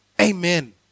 Amen